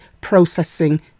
processing